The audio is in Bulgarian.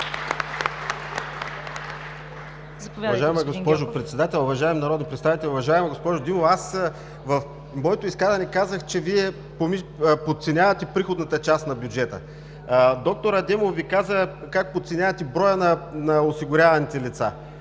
Уважаема госпожо Председател, уважаеми народни представители! Уважаема госпожо Димова, в моето изказване казах, че Вие подценявате приходната част на бюджета. Доктор Адемов Ви каза как подценявате броя на осигуряваните лица.